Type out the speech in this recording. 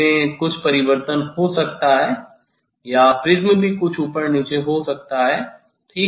इसमें कुछ परिवर्तन हो सकता है या प्रिज्म भी कुछ ऊपर नीचे हो सकता है ठीक है